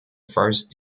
first